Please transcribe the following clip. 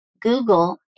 Google